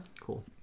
Cool